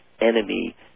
enemy